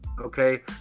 Okay